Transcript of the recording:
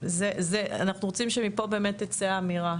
אנחנו רוצים שמפה באמת תצא האמירה,